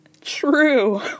True